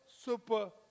super